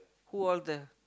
who order